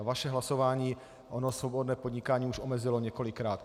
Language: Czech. Vaše hlasování ono svobodné podnikání už omezilo několikrát.